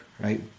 right